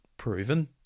proven